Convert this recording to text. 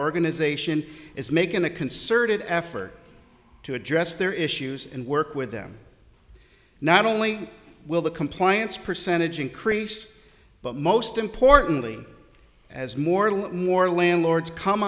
organization is making a concerted effort to address their issues and work with them not only will the compliance percentage increase but most importantly as more let more landlords come